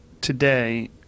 today